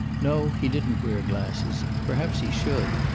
no, he didn't wear glasses perhaps he should.